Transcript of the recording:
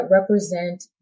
represent